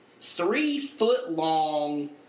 three-foot-long